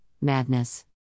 madness